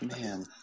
man